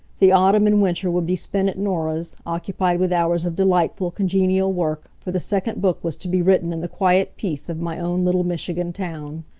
the autumn and winter would be spent at norah's, occupied with hours of delightful, congenial work, for the second book was to be written in the quiet peace of my own little michigan town.